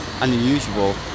unusual